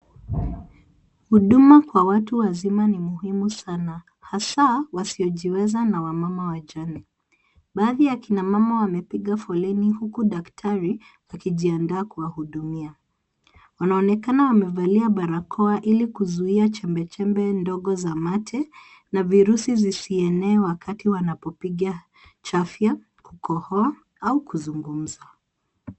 Huduma kwa watu wazima ni muhimu sana, hasa wasiojiweza na wamama wajane. Baadhi ya kina mama wamepiga foleni huku daktari akijiandaa kuwahudumia. Wanaonekana wamevalia barakoa ili kuzuia chembechembe ndogo za mate na virusi zisienee wakati wanapopiga chafya, kukohoa au kuzungumza."